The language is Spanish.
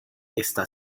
está